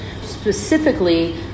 specifically